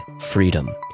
freedom